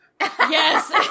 Yes